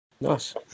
Nice